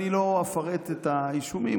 אני לא אפרט את האישומים,